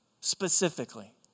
Specifically